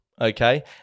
okay